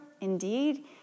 Indeed